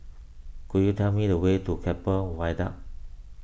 could you tell me the way to Keppel Viaduct